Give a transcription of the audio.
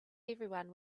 everyone